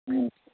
ਹਾਂਜੀ